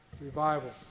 revival